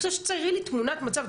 אני רוצה שתציירי לי תמונת מצב.